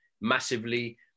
massively